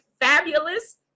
fabulous